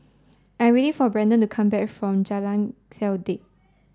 I am waiting for Brandon to come back from Jalan Kledek